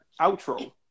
outro